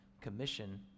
commission